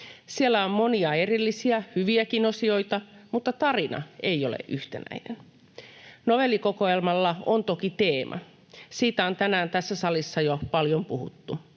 Siellä on monia erillisiä, hyviäkin osioita, mutta tarina ei ole yhtenäinen. Novellikokoelmalla on toki teema — siitä on tänään tässä salissa jo paljon puhuttu.